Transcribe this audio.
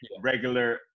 regular